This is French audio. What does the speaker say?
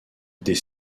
des